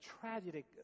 tragic